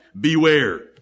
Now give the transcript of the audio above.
beware